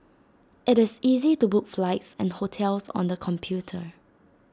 IT is easy to book flights and hotels on the computer